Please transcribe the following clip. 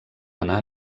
anar